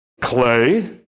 Clay